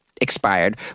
expired